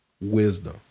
wisdom